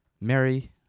Mary